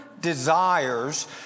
desires